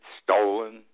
stolen